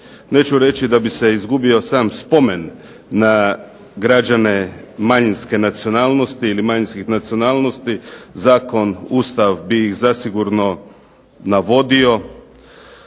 Neću reći da bi se izgubio sam spomen na građane manjinske nacionalnosti ili manjinskih nacionalnosti zakon, Ustav bi iz zasigurno navodio,